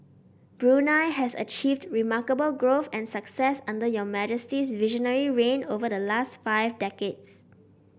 Brunei has achieved remarkable growth and success under your Majesty's visionary reign over the last five decades